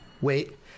wait